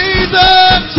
Jesus